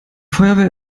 feuerwehr